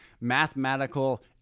mathematical